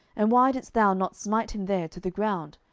and why didst thou not smite him there to the ground?